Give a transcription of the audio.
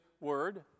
Word